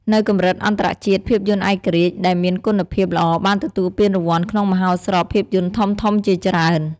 នៅកម្រិតអន្តរជាតិ ភាពយន្តឯករាជ្យដែលមានគុណភាពល្អបានទទួលពានរង្វាន់ក្នុងមហោស្រពភាពយន្តធំៗជាច្រើន។